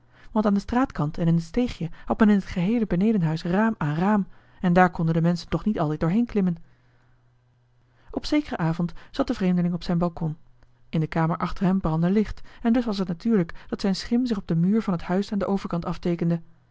want aan den straatkant en in het steegje had men in het geheele benedenhuis raam aan raam en daar konden de menschen toch niet altijd doorheen klimmen op zekeren avond zat de vreemdeling op zijn balkon in de kamer achter hem brandde licht en dus was het natuurlijk dat zijn schim zich op den muur van het huis aan den overkant afteekende